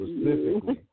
specifically